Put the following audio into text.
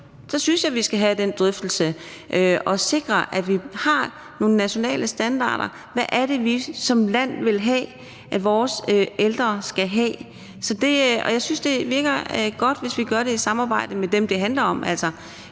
synes jeg, vi skal have den drøftelse og sikre, at vi har nogle nationale standarder, med hensyn til hvad det er, vi som land vil have at vores ældre skal have. Og jeg synes, at det virker godt, hvis vi gør det i samarbejde med dem, det handler om,